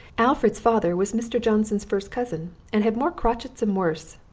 alfred's father was mr. johnson's first cousin and had more crotchets and worse.